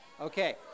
Okay